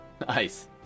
Nice